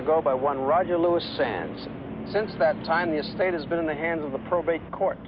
ago by one roger lewis fans since that time the state has been in the hands of the probate court